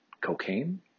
cocaine